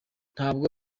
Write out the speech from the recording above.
ntabwo